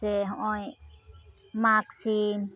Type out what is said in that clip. ᱥᱮ ᱦᱚᱜᱼᱚᱸᱭ ᱢᱟᱜᱽ ᱥᱤᱢ